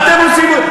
מה אתם רוצים?